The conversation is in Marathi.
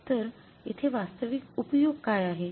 तर येथे वास्तविक उपयोग काय आहे